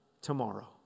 tomorrow